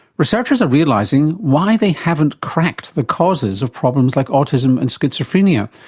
researchers are realising why they haven't cracked the causes of problems like autism and schizophrenia,